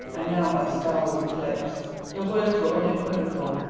and now that star was eclipsed. her words were unequivocal,